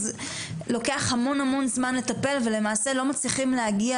אז לוקח המון המון זמן לטפל ולמעשה לא מצליחים להגיע